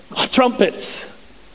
trumpets